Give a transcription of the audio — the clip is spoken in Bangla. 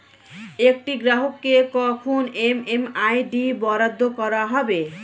একটি গ্রাহককে কখন এম.এম.আই.ডি বরাদ্দ করা হবে?